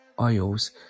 oils